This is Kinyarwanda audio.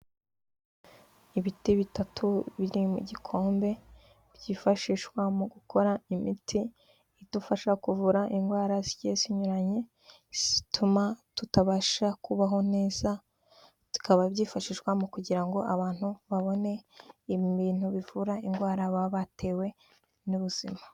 Ibiti bitatu biri mu gikombe byifashishwa mu gukora imiti idufasha kuvura indwara zigiye zinyuranye zituma tutabasha kubaho neza, bikaba byifashishwa mu kugira ngo abantu babone ibintu bivura indwara baba batewe n'ubuzima.